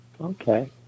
Okay